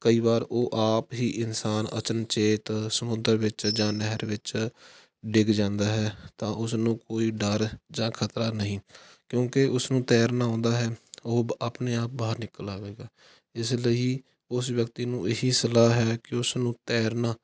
ਕਈ ਵਾਰ ਉਹ ਆਪ ਹੀ ਇਨਸਾਨ ਅਚਨਚੇਤ ਸਮੁੰਦਰ ਵਿੱਚ ਜਾਂ ਨਹਿਰ ਵਿੱਚ ਡਿੱਗ ਜਾਂਦਾ ਹੈ ਤਾਂ ਉਸਨੂੰ ਕੋਈ ਡਰ ਜਾਂ ਖਤਰਾ ਨਹੀਂ ਕਿਉਂਕਿ ਉਸਨੂੰ ਤੈਰਨਾ ਆਉਂਦਾ ਹੈ ਉਹ ਆਪਣੇ ਆਪ ਬਾਹਰ ਨਿਕਲ ਆਵੇਗਾ ਇਸ ਲਈ ਉਸ ਵਿਅਕਤੀ ਨੂੰ ਇਹੀ ਸਲਾਹ ਹੈ ਕਿ ਉਸਨੂੰ ਤੈਰਨਾ